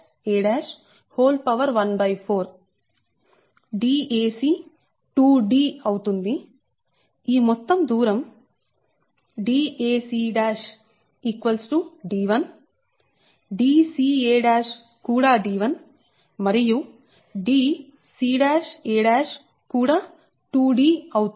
dca14 dac 2D అవుతుంది ఈ మొత్తం దూరం dac d1 dca కూడా d1 మరియు dca కూడా 2D అవుతుంది